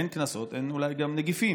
אין קנסות, אולי אין גם נגיפים,